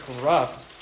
corrupt